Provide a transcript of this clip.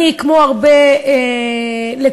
אני, כמו הרבה לקוחות,